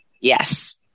Yes